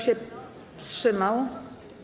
się wstrzymał?